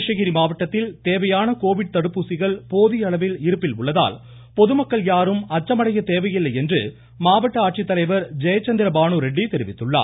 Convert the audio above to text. கிருஷ்ணகிரி மாவட்டத்தில் தேவையான கோவிட் தடுப்பூசிகள் போதிய அளவில் இருப்பில் உள்ளதால் பொதுமக்கள் யாரும் அச்சமடைய தேவையில்லை என்று மாவட்ட ஆட்சித்தலைவர் ஜெயச்சந்திர பானு ரெட்டி தெரிவித்துள்ளார்